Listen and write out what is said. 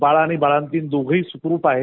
बाळ आणि बाळांतीण दोघही सुखरूप आहेत